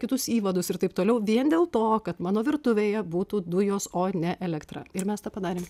kitus įvadus ir taip toliau vien dėl to kad mano virtuvėje būtų dujos o ne elektra ir mes tą padarėm